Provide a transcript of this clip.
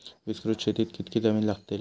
विस्तृत शेतीक कितकी जमीन लागतली?